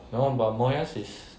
no but moheus is